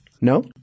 No